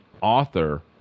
author